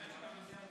הוא תומך.